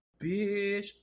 bitch